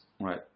Right